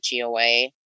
GOA